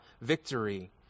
victory